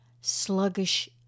sluggish